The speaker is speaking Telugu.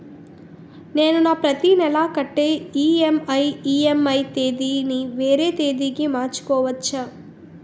నేను నా ప్రతి నెల కట్టే ఈ.ఎం.ఐ ఈ.ఎం.ఐ తేదీ ని వేరే తేదీ కి మార్చుకోవచ్చా?